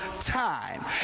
time